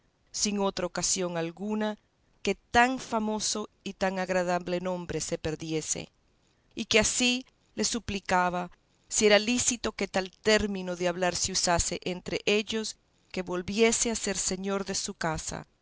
sin otra ocasión alguna que tan famoso y tan agradable nombre se perdiese y que así le suplicaba si era lícito que tal término de hablar se usase entre ellos que volviese a ser señor de su casa